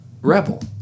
rebel